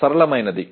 సరళమైనది